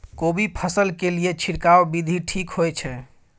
कोबी फसल के लिए छिरकाव विधी ठीक होय छै?